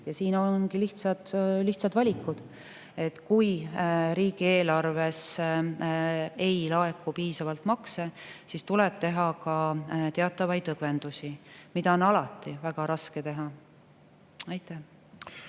Ja siin ongi lihtsad valikud. Kui riigieelarvesse ei laeku piisavalt makse, siis tuleb teha ka teatavaid õgvendusi, mida on alati väga raske teha. Mart